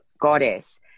goddess